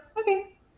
Okay